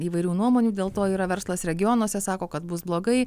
įvairių nuomonių dėl to yra verslas regionuose sako kad bus blogai